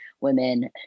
women